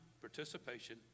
participation